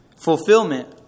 Fulfillment